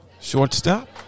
Shortstop